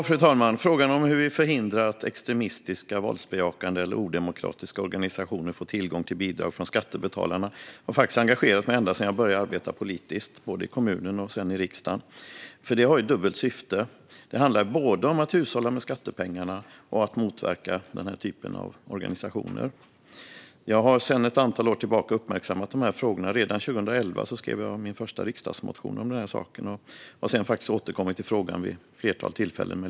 Fru talman! Frågan om hur vi förhindrar att extremistiska, våldsbejakande eller odemokratiska organisationer får tillgång till bidrag från skattebetalarna har engagerat mig ända sedan jag började arbeta politiskt, först i kommunen och sedan i riksdagen. Det har ett dubbelt syfte - både att hushålla med skattepengarna och att motverka dessa typer av organisationer. Jag har uppmärksammat dessa frågor sedan ett antal år tillbaka. Redan 2011 skrev jag min första riksdagsmotion om saken, och jag har sedan återkommit med olika inspel i frågan vid ett flertal tillfällen.